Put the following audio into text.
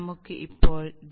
നമുക്ക് ഇപ്പോൾ d